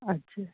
ਅੱਛਾ